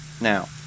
Now